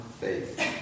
faith